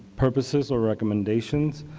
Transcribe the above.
purposes or recommendations.